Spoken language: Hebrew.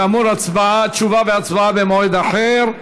כאמור, תשובה והצבעה במועד אחר.